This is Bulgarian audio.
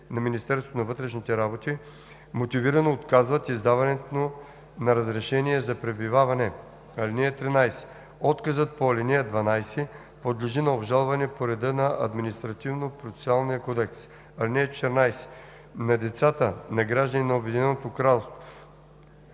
на Министерството на вътрешните работи мотивирано отказват издаването на разрешение за пребиваване. (13) Отказът по ал. 12 подлежи на обжалване по реда на Административнопроцесуалния кодекс. (14) На децата на гражданин на Обединеното кралство,